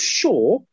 sure